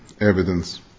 evidence